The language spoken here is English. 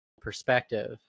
perspective